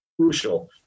crucial